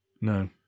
no